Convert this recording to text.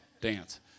dance